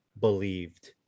believed